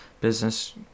business